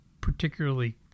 particularly